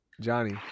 Johnny